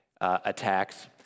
attacks